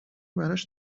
براش